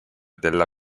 della